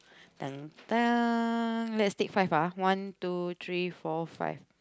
let's take five ah one two three four five